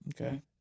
Okay